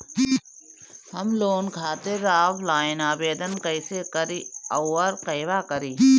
हम लोन खातिर ऑफलाइन आवेदन कइसे करि अउर कहवा करी?